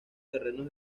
terrenos